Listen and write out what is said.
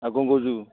ଆଉ କ'ଣ କହୁଛୁ